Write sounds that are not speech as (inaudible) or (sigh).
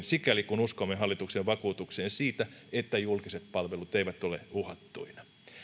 (unintelligible) sikäli kun uskomme hallituksen vakuutukseen siitä että julkiset palvelut eivät ole uhattuina